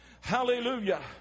Hallelujah